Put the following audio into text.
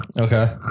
okay